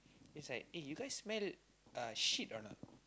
she's like eh you guys smell uh shit or not